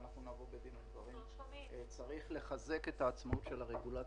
ואנחנו נבוא בדין ודברים צריך לחזק את העצמאות של הרגולטור.